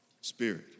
spirit